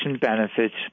benefits